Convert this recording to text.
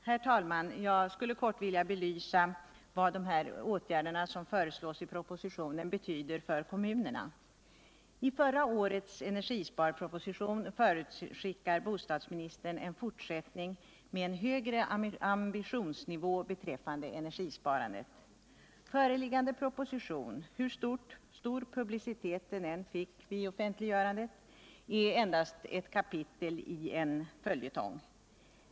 Herr talman! Jag skulle vilja belysa vad de åtgärder som föreslås i propositionen betyder för kommunerna. I förra årets budgetproposition förutskickade bostadsministern en fortsättning med en Kögre ambitionsnivå beträffande energisparandet. Föreliggande proposition, hur stor publicitet den än fick vid offentliggörandet, är endast ett kapitelicen följetong.